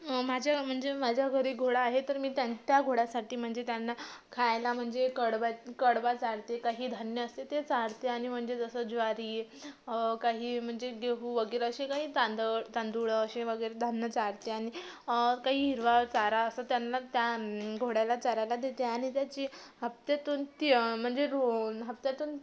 माझ्या मंजे माझ्या घरी घोडा आहे तर मी त्यान् त्या घोड्यासाठी म्हणजे त्यांना खायला म्हणजे कडब्या कडबा चारते काही धान्य असते ते चारते आणि म्हणजे जसं ज्वारी काही म्हणजे गेहू वगैरे असे काही तांदळ तांदूळ असे वगैरे धान्य चारते आणि काही हिरवा चारा असं त्यांना त्या घोड्याला चरायला देते आणि त्याची हप्त्यातून ती म्हणजे रो हप्त्यातून